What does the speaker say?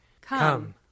Come